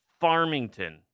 Farmington